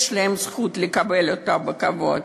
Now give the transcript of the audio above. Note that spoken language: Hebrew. יש להם זכות לקבל אותה בכבוד.